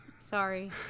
Sorry